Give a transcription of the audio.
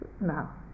now